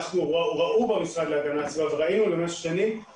ראינו במשרד להגנת הסביבה שיש